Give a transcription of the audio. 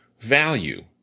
value